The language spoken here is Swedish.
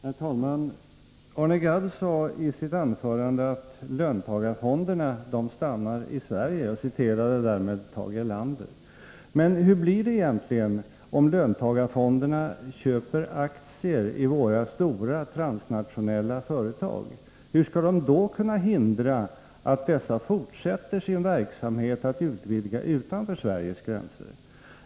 Herr talman! Arne Gadd sade i sitt anförande att löntagarfonderna stannar i Sverige och citerade därmed Tage Erlander. Men hur blir det egentligen, om löntagarfonderna köper aktier i våra stora transnationella företag? Hur skall de då kunna hindra att dessa företag fortsätter sin verksamhet att utvidga utanför Sveriges gränser?